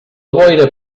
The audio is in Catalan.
boira